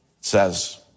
says